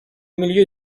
milieu